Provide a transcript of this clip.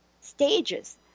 stages